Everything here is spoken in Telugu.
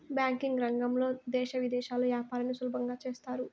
బ్యాంకింగ్ రంగంలో దేశ విదేశాల్లో యాపారాన్ని సులభంగా చేత్తారు